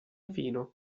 vino